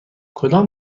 کدام